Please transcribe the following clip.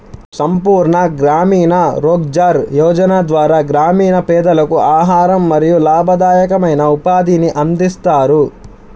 సంపూర్ణ గ్రామీణ రోజ్గార్ యోజన ద్వారా గ్రామీణ పేదలకు ఆహారం మరియు లాభదాయకమైన ఉపాధిని అందిస్తారు